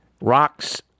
Rock's